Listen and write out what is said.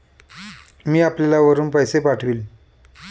मी आपल्याला PhonePe वरुन पैसे पाठवीन